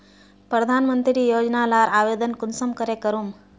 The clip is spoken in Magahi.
प्रधानमंत्री योजना लार आवेदन कुंसम करे करूम?